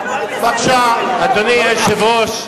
חברת הכנסת זוארץ.